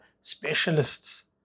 specialists